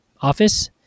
office